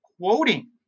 quoting